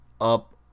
up